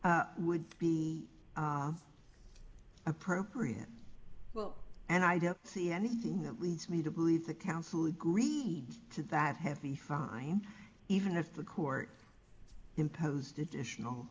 would be appropriate well and i don't see anything that leads me to believe the council agreed to that heavy fine even if the court imposed additional